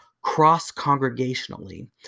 cross-congregationally